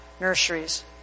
nurseries